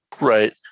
Right